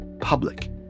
public